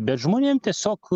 bet žmonėm tiesiog